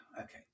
okay